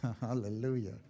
Hallelujah